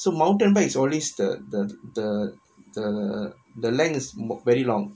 some mountain bikes always the the the the length is very long